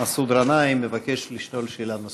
מסעוד גנאים מבקש לשאול שאלה נוספת,